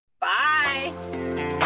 Bye